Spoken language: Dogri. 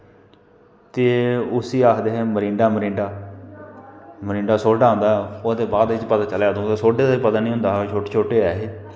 ते उसी आखदे हे मरिंडा मरिंडा मरिंडा सोडा आंदा हा ओह्दे बाद च पता चलेआ अदूं ते सोडे दा बी पता नी होंदा हा छोटे छोटे ऐ हे